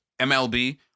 MLB